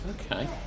okay